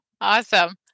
awesome